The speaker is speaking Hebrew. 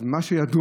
אז מה שידוע,